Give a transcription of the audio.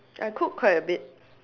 I cook quite a bit